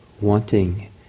wanting